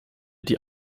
die